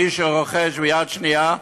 מי שרוכש ביד שנייה,